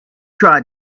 try